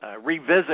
revisit